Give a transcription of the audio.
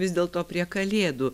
vis dėlto prie kalėdų